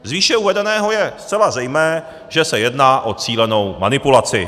Z výše uvedeného je zcela zřejmé, že se jedná o cílenou manipulaci.